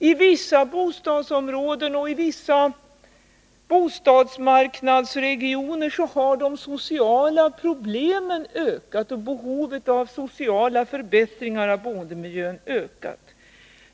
I vissa bostadsområden och i vissa bostadsmarknadsregioner har de sociala problemen och behovet av sociala förbättringar av boendemiljön ökat.